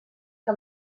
que